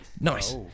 nice